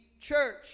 church